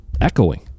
Echoing